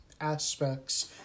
aspects